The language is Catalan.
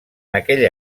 aquella